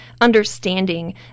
understanding